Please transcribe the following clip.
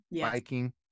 biking